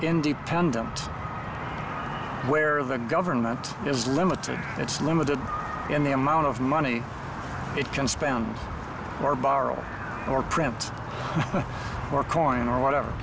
independent where the government is limited it's limited in the amount of money it can spend or borrow or print or coin or whatever